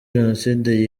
jenoside